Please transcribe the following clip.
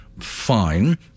Fine